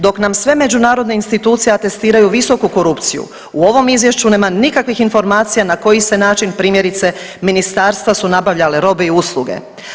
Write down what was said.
Dok nam sve međunarodne institucije atestiraju visoku korupciju u ovom izvješću nema nikakvih informacija na koji se način primjerice ministarstva su nabavljale robe i usluge.